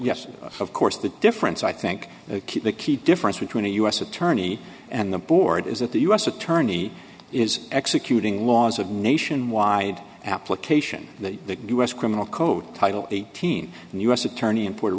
yes of course the difference i think keep the key difference between a u s attorney and the board is that the u s attorney is executing laws of nation wide application that the u s criminal code title eighteen and u s attorney in puerto